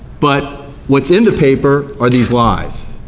but what's in the paper are these lies,